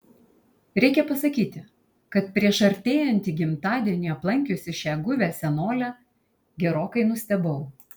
reikia pasakyti kad prieš artėjantį gimtadienį aplankiusi šią guvią senolę gerokai nustebau